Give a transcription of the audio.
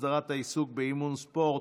הסדרת העיסוק באימון ספורט),